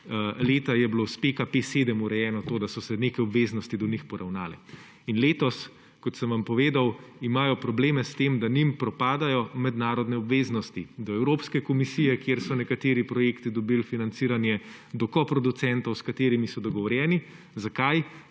2020 je bilo s PKP7 urejeno to, da so se neke obveznosti do njih poravnale. In letos, kot sem vam povedal, imajo probleme s tem, da jim propadajo mednarodne obveznosti do Evropske komisije, kjer so nekateri projekti dobili financiranje, do koproducentov, s katerimi so dogovorjeni. Zakaj?